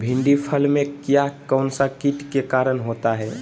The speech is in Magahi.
भिंडी फल में किया कौन सा किट के कारण होता है?